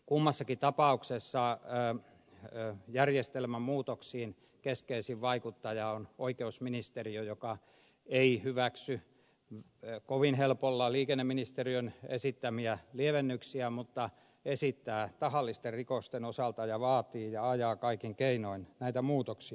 kummassakin tapauksessa keskeisin vaikuttaja järjestelmän muutoksiin on oikeusministeriö joka ei hyväksy kovin helpolla liikenneministeriön esittämiä lievennyksiä mutta esittää tahallisten rikosten osalta ja vaatii ja ajaa kaikin keinoin näitä muutoksia